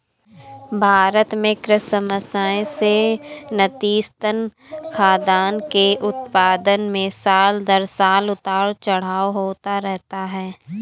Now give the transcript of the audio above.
भारत में कृषि समस्याएं से नतीजतन, खाद्यान्न के उत्पादन में साल दर साल उतार चढ़ाव होता रहता है